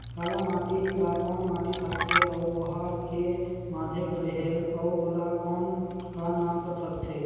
काला माटी ला कौन माटी सकथे अउ ओहार के माधेक रेहेल अउ ओला कौन का नाव सकथे?